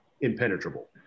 impenetrable